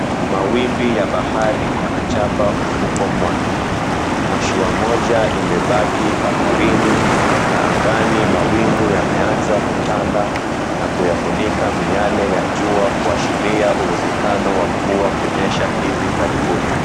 Mawimbi ya bahari yanachapa ufuko mwake. Mashua moja imebaki baharini, na angani mawingu yameanza kutanda na kuyafunika miale ya jua kuashiria uwezekano wa mvua kunyesha hivi karibuni.